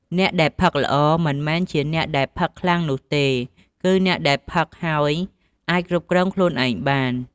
អ្នកដែលផឹកល្អ មិនមែនជាអ្នកដែលផឹកខ្លាំងនោះទេ គឺជាអ្នកដែលផឹកហើយអាចគ្រប់គ្រងខ្លួនឯងបាន។